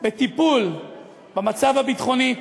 בטיפול במצב הביטחוני,